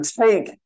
take